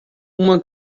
uma